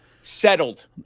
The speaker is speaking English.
settled